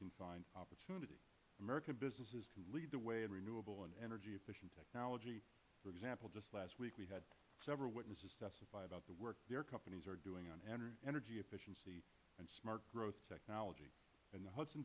can find opportunity american businesses can lead the way in renewable and energy efficient technology for example just last week we had several witnesses testify about the work their companies are doing on energy efficiency and smart growth technology in the hudson